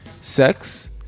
Sex